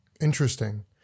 Interesting